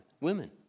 women